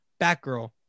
batgirl